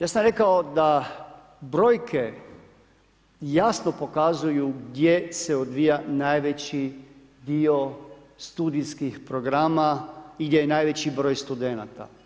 Ja sam rekao da brojke jasno pokazuju gdje se odvija najveći dio studijskih programa i gdje je najveći broj studenata.